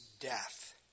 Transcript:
death